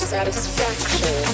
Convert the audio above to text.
Satisfaction